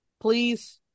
Please